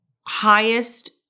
highest